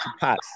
pass